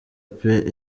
peeee